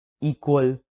equal